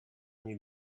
эми